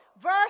verse